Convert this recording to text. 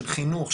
של חינוך,